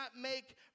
make